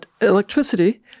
electricity